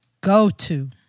go-to